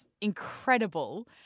incredible